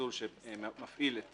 למסלול שמפעיל את